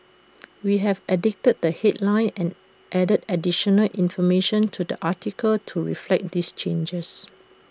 we have edited the headline and added additional information to the article to reflect these changes